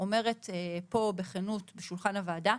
אני אומרת פה בכנות בשולחן הוועדה,